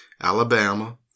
Alabama